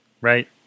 Right